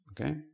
Okay